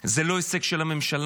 זה לא הישג של הממשלה.